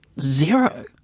zero